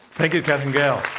thank you, katherine gehl.